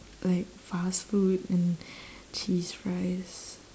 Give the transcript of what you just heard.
like fast food and cheese fries